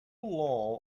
law